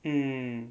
mm